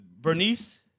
Bernice